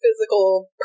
physical